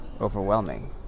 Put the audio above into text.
overwhelming